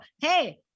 Hey